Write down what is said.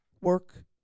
work